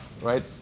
right